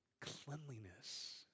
cleanliness